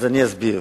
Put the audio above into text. אני אסביר.